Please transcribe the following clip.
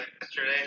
yesterday